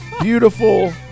Beautiful